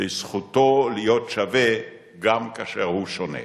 וזכותו להיות שווה גם כאשר הוא שונה.